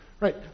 Right